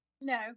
No